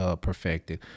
perfected